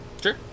Sure